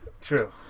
true